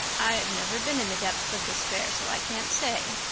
i've never been in the depths of despair, so i can't say,